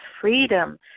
freedom